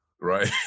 right